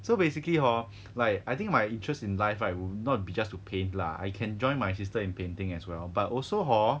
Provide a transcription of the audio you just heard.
so basically hor like I think my interest in life right would not be just to paint lah I can join my sister in painting as well but also hor